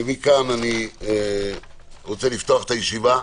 אני רוצה לפתוח את הישיבה.